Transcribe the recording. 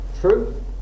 True